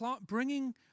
bringing